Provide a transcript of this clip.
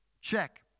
Check